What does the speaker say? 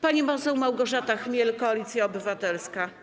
Pani poseł Małgorzata Chmiel, Koalicja Obywatelska.